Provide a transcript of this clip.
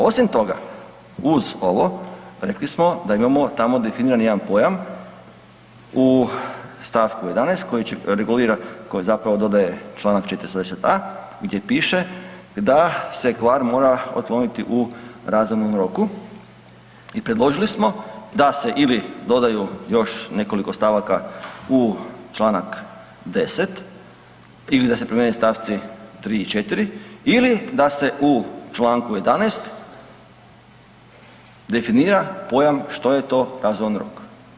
Osim toga, uz ovo, rekli smo da imamo tamo definirani jedan pojam u st. 11 koji će regulirati, koji zapravo dodaje čl. 410a, gdje piše da se kvar mora otkloniti u razumnom roku i predložili smo da se ili dodaju još nekoliko stavaka u čl. 10 ili da se promijene stavci 3 i 4 ili da se u čl. 11 definira pojam što je to razuman rok.